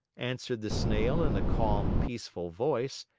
answered the snail in a calm, peaceful voice,